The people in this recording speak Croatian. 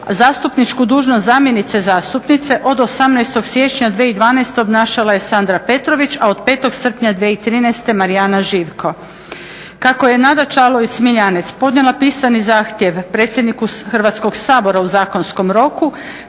Zastupničku dužnost zamjenice zastupnice od 18. siječnja 2012. obnašala je Sandra Petrović, a od 05. srpnja 2013. Marijana Živko. Kako je Nada Čavlović-Smiljanec podnijela pisani zahtjev predsjedniku Hrvatskog sabora u zakonskom roku